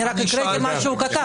אני רק הקראתי מה שהוא כתב.